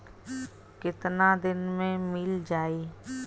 कितना दिन में मील जाई?